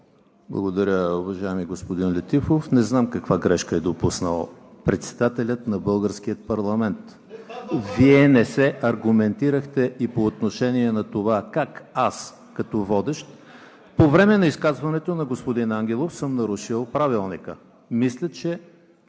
Благодаря, уважаеми господин Летифов. Не знам каква грешка е допуснал председателят на българския парламент. Вие не се аргументирахте и по отношение на това как аз като водещ по време на изказването на господин Ангелов съм нарушил Правилника. Мисля, че